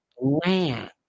land